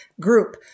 group